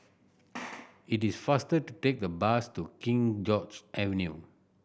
it is faster to take the bus to King George's Avenue